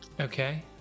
Okay